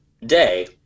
Day